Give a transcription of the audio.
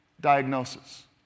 diagnosis